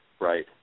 right